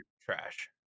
trash